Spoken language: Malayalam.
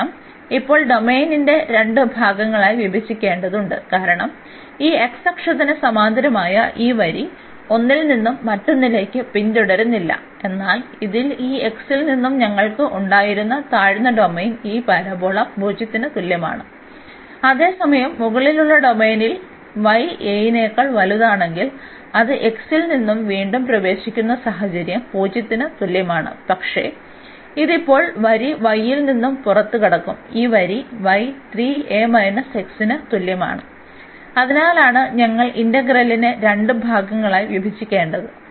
കാരണം ഇപ്പോൾ ഡൊമെയ്നെ രണ്ട് ഭാഗങ്ങളായി വിഭജിക്കേണ്ടതുണ്ട് കാരണം ഈ x അക്ഷത്തിന് സമാന്തരമായ ഈ വരി ഒന്നിൽ നിന്ന് മറ്റൊന്നിലേക്ക് പിന്തുടരുന്നില്ല എന്നാൽ ഇതിൽ ഈ x ൽ നിന്ന് ഞങ്ങൾക്ക് ഉണ്ടായിരുന്ന താഴ്ന്ന ഡൊമെയ്ൻ ഈ പരാബോള 0 ന് തുല്യമാണ് അതേസമയം മുകളിലുള്ള ഡൊമെയ്നിൽ y a നേക്കാൾ വലുതാണെങ്കിൽ അത് x ൽ വീണ്ടും പ്രവേശിക്കുന്ന സാഹചര്യം 0 ന് തുല്യമാണ് പക്ഷേ ഇത് ഇപ്പോൾ വരി y നിന്ന് പുറത്തുകടക്കും ഈ വരി y ന് തുല്യമാണ് അതിനാലാണ് ഞങ്ങൾ ഇന്റഗ്രലിനെ രണ്ട് ഭാഗങ്ങളായി വിഭജിക്കേണ്ടത്